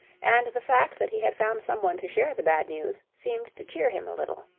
and the fact that he had found someone to share the bad news, seemed to cheer him a little.